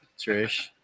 Trish